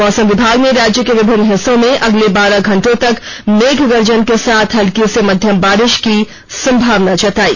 और मौसम विभाग ने राज्य के विभिन्न हिस्सों में अगले बारह घंटों तक मेघ गर्जन के साथ हल्की से मध्यम बारिश की संभावना जतायी